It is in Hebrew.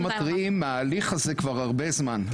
אנחנו מתריעים על ההליך הזה כבר הרבה זמן,